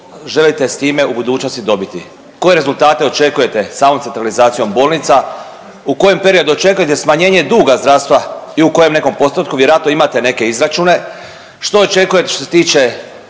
želite s time u budućnosti dobiti, koje rezultate očekujete samom centralizacijom bolnica. U kojem periodu očekujete smanjenje duga zdravstva i u kojem nekom postotku. Vjerojatno imate neke izračune. Što očekujete što se tiče